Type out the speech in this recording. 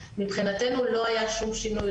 מבחינתנו לא היה שום שינוי,